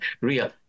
real